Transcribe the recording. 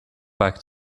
back